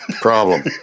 problem